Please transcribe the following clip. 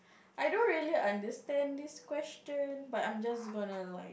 I don't really understand these question but I'm just gonna like